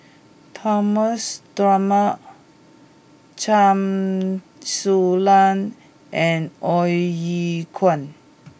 Thomas Dunman Chen Su Lan and Ong Ye Kung